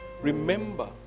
Remember